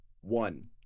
one